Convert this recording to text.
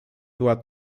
była